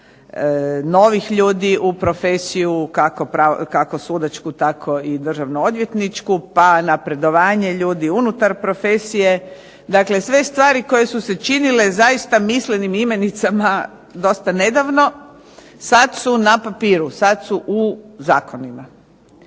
novih ljudi u profesiju kako sudačku tako i državno odvjetničku, pa napredovanje ljudi unutar profesije. Dakle, sve stvari koje su se činile zaista smislenim imenicama dosta nedavno sada su na papiru, sada su u zakonima.